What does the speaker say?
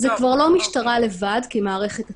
זה כבר לא משטרה לבד כמערכת עצמאית,